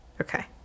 Okay